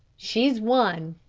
she's won,